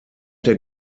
der